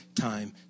time